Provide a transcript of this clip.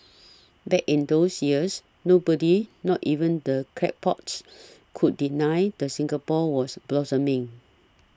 back in those years nobody not even the crackpots could deny that Singapore was blossoming